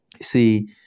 See